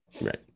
Right